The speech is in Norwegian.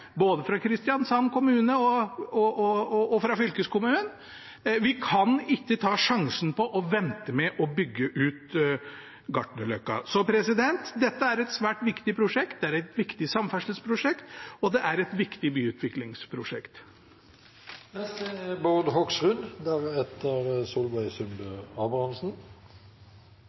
både fra Kristiansand kommune og fra fylkeskommunen: Vi kan ikke ta sjansen på å vente med å bygge ut Gartnerløkka. Så dette er et svært viktig prosjekt. Det er et viktig samferdselsprosjekt, og det er et viktig byutviklingsprosjekt.